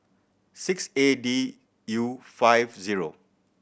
six A D U five zero